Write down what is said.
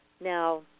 Now